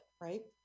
right